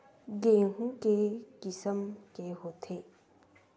गेहूं के किसम के होथे?